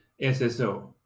SSO